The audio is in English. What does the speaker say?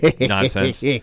nonsense